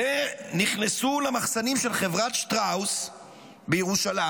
והם נכנסו למחסנים של חברת שטראוס בירושלים,